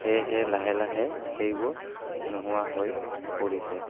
সেয়েহে লাহে লাহে সেইবোৰ নোহোৱা হৈ পৰিছে